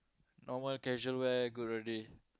normal casual wear good already